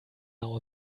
now